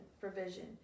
provision